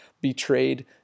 betrayed